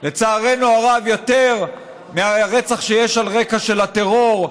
לצערנו הרב, יותר מהרצח שיש על הרקע של הטרור.